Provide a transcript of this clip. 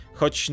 Choć